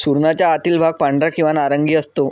सुरणाचा आतील भाग पांढरा किंवा नारंगी असतो